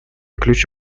ключ